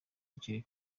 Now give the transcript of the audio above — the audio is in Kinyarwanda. hakiri